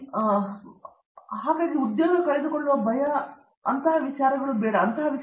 ಅರಂದಾಮ ಸಿಂಗ್ ಅವರ ಉದ್ಯೋಗ ಕಳೆದುಕೊಳ್ಳುವ ಭಯ ಅಥವಾ ಅಂತಹ ಕೆಲವು